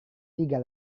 tiga